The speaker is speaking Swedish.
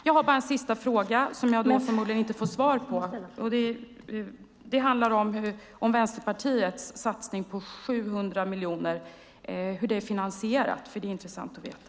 Jag har en sista fråga, som jag förmodligen inte får svar på. Hur är Vänsterpartiets satsning på 700 miljoner finansierad? Det vore intressant att veta.